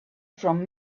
from